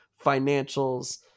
financials